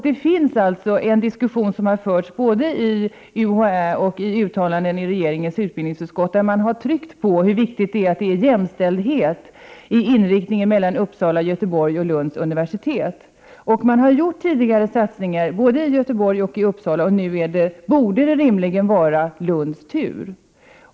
Det har förts en diskussion både i UHÄ och i riksdagens utbildningsutskott, där man har tryckt på hur viktigt det är med jämställdhet i inriktningen mellan Uppsala, Göteborgs och Lunds universitet. Tidigare har man gjort satsningar i Göteborg och i Uppsala; nu borde det rimligen vara Lunds tur.